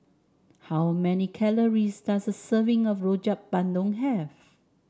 how many calories does a serving of Rojak Bandung have